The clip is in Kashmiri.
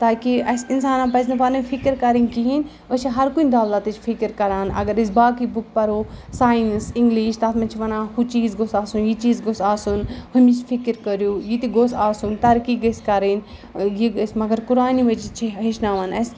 تاکہِ اَسہِ اِنسانَس پَزِ نہٕ پَنٕنۍ فِکِر کَرٕنۍ کِہیٖنۍ أسۍ چھِ ہرکُنہِ دولَتٕچ فِکِر کَران اگر أسۍ باقٕے بُک پَرو ساینَس اِنٛگلِش تَتھ منٛز چھِ وَنان ہُہ چیٖز گوٚژھ آسُن یہِ چیٖز گوٚژھ آسُن ہُمِچ فِکِر کٔرِو یہِ تہِ گوٚژھ آسُن ترقی گٔژھۍ کَرٕنۍ یہِ أسۍ مگر قُرآنِ مجیٖد چھِ ہیٚچھناوان اَسہِ